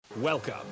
Welcome